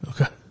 Okay